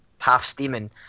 half-steaming